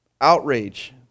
Outrage